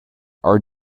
are